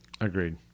Agreed